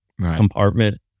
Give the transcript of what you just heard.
compartment